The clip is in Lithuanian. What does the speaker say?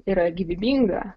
yra gyvybinga